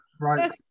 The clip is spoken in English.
Right